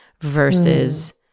versus